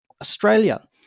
Australia